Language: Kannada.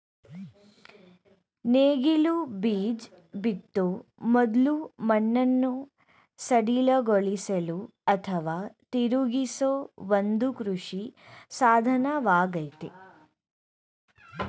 ನೇಗಿಲು ಬೀಜ ಬಿತ್ತೋ ಮೊದ್ಲು ಮಣ್ಣನ್ನು ಸಡಿಲಗೊಳಿಸಲು ಅಥವಾ ತಿರುಗಿಸೋ ಒಂದು ಕೃಷಿ ಸಾಧನವಾಗಯ್ತೆ